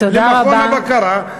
למכון הבקרה,